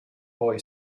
boy